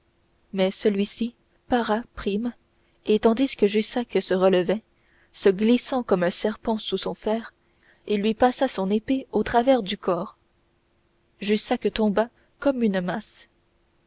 mais celui-ci para prime et tandis que jussac se relevait se glissant comme un serpent sous son fer il lui passa son épée au travers du corps jussac tomba comme une masse